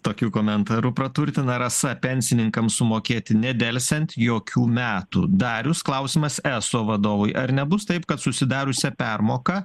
tokiu komentaru praturtina rasa pensininkam sumokėti nedelsiant jokių metų darius klausimas eso vadovui ar nebus taip kad susidariusią permoką